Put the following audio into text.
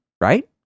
right